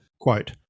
Quote